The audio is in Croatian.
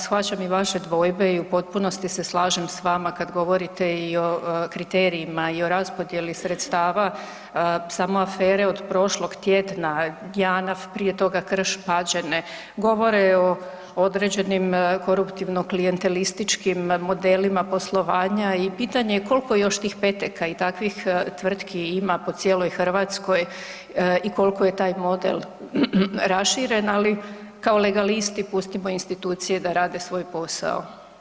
Shvaćam i vaše dvojbe i u potpunosti se slažem s vama kad govorite i o kriterijima i o raspodjeli sredstava, samo afere od prošlog tjedna Janaf, prije toga Krš-Pađene, govore o određenim koruptivno klijantelističkim modelima poslovanja i pitanje je kolko još tih Peteka i takvih tvrtki ima po cijeloj Hrvatskoj i kolko je taj model raširen, ali kao legalisti pustimo institucije da rade svoj posao.